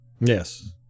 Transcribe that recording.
Yes